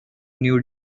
new